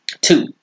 Two